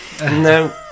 No